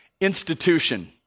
institution